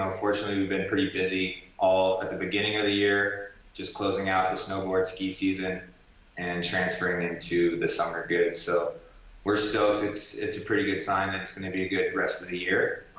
um fortunately, we've been pretty busy all at the beginning of the year, just closing out the snowboard ski season and transferring into the summer goods. so we're stoked, it's a pretty good sign that it's gonna be a good rest of the year.